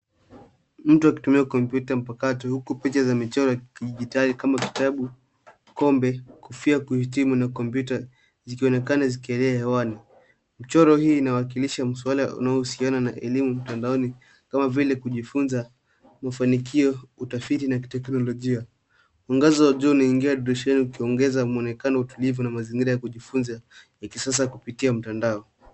Mtu akitumia kompyuta pakato huku picha ikijidai kama vitabu, kombe, kofia ya kuhitimu na kompyuta zikionekana zikielea hewani. Mchoro hii inawakilisha maswali inaohusiana na elimu mtandaoni kama vile kujifunza mafanikio utafiti na kiteknolojia. Mwangaza wa juu inaingia dirishani ikiongeza muonekano utulivu na mazingira ya kujifunza ya kisasa kupitia mtandao.